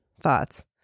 thoughts